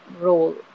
role